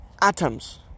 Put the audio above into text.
atoms